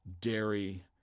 dairy